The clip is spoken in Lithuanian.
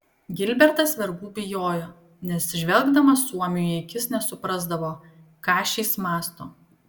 gilbertas vergų bijojo nes žvelgdamas suomiui į akis nesuprasdavo ką šis mąsto